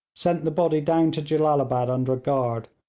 sent the body down to jellalabad under a guard,